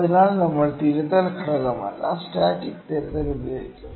അതിനാൽ നമ്മൾ തിരുത്തൽ ഘടകമല്ല സ്റ്റാറ്റിക് തിരുത്തൽ ഉപയോഗിക്കും